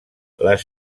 les